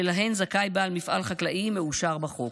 שלהן זכאי בעל מפעל חקלאי מאושר בחוק.